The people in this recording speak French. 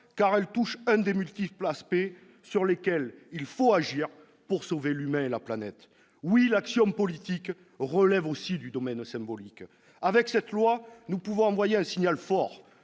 ce qu'il touche l'un des multiples aspects sur lesquels il faut agir pour sauver l'humain et la planète. Oui, l'action politique relève aussi du domaine symbolique ! Avec ce texte, nous pouvons envoyer un signal fort,